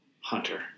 hunter